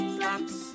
Flaps